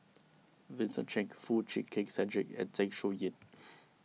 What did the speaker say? Vincent Cheng Foo Chee Keng Cedric and Zeng Shouyin